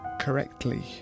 correctly